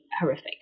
horrific